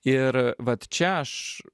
ir vat čia aš